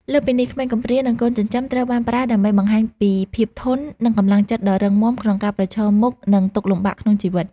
លើសពីនេះ ក្មេងកំព្រា និងកូនចិញ្ចឹមត្រូវបានប្រើដើម្បីបង្ហាញពីភាពធន់ និងកម្លាំងចិត្តដ៏រឹងមាំក្នុងការប្រឈមមុខនឹងទុក្ខលំបាកក្នុងជីវិត។